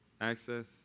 access